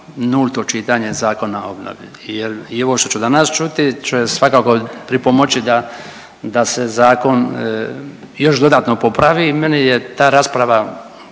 nulto čitanje Zakona o obnovi jer i ovo što ću danas čuti će svakako pripomoći da se zakon još dodatno popravi i meni je ta rasprava